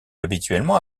habituellement